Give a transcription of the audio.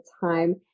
time